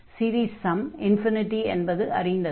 series sum என்பதும் அறிந்ததே